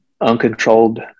uncontrolled